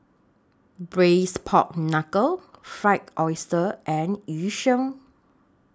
Braised Pork Knuckle Fried Oyster and Yu Sheng